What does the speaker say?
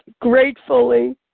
Gratefully